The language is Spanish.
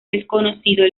desconocido